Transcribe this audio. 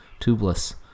tubeless